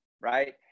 right